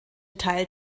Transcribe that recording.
teil